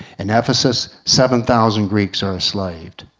and ephesus seven thousand greeks are enslaved.